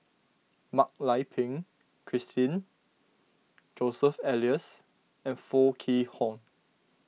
Mak Lai Peng Christine Joseph Elias and Foo Kwee Horng